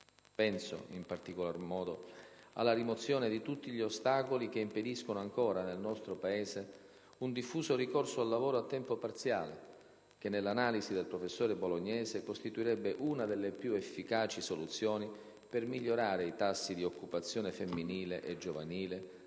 Penso, in particolare, alla rimozione di tutti gli ostacoli che impediscono ancora, nel nostro Paese, un diffuso ricorso al lavoro a tempo parziale, che nell'analisi del professore bolognese costituirebbe una delle più efficaci soluzioni per migliorare i tassi di occupazione femminile e giovanile